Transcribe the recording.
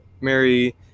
Mary